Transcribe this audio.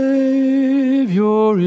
Savior